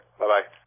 Bye-bye